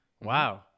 Wow